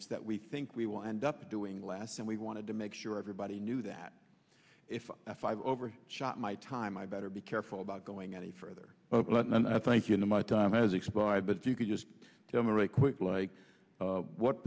it's that we think we will end up doing last and we wanted to make sure everybody knew that if five over shot my time i better be careful about going any further and i thank you know my time has expired but if you could just tell me really quick like what